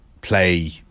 play